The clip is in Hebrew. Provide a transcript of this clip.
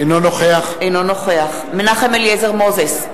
אינו נוכח מנחם אליעזר מוזס,